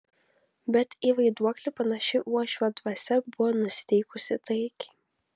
bet į vaiduoklį panaši uošvio dvasia buvo nusiteikusi taikiai